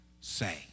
say